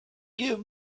give